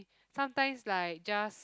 sometimes like just